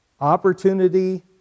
opportunity